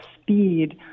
speed